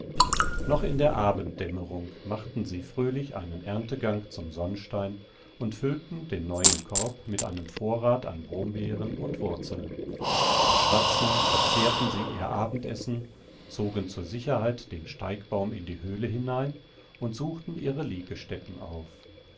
noch in der abenddämmerung machten sie fröhlich einen erntegang zum sonnstein und füllten den neuen korb mit einem vorrat an brombeeren und wurzeln schwatzend verzehrten sie ihr abendessen zogen zur sicherheit den steigbaum in die höhle herein und suchten ihre liegestätten auf